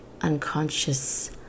unconscious